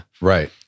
Right